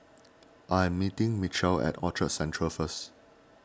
I am meeting Mitchel at Orchard Central first